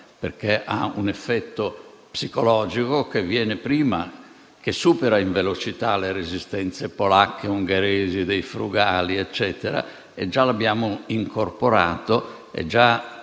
perché ha un effetto psicologico che viene prima e supera in velocità le resistenze polacche, ungheresi e dei Paesi frugali, eccetera. Già l'abbiamo incorporato